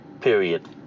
period